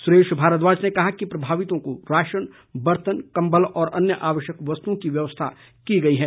सुरेश भारद्वाज ने कहा कि प्रभावितों को राशन बर्तन कम्बल और अन्य आवश्यक वस्तुओं की व्यवस्था की गई है